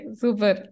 super